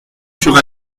sur